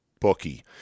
bookie